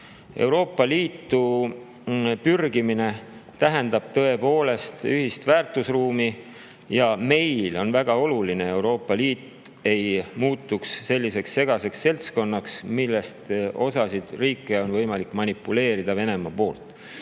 Euroopa Liitu pürgimine tähendab tõepoolest ühist väärtusruumi ja meile on väga oluline, et Euroopa Liit ei muutuks selliseks segaseks seltskonnaks, millest osa riike on Venemaal võimalik manipuleerida. Palun